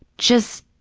just,